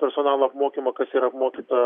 personalo apmokymo kas yra apmokyta